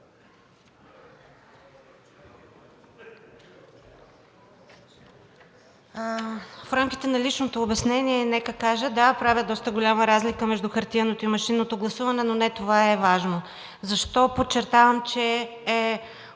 В рамките на личното обяснение нека да кажа: да, правя доста голяма разлика между хартиеното и машинното гласуване, но не това е важно. Защо подчертавам, че